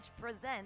Presents